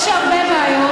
יש הרבה בעיות